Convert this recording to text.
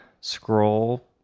scroll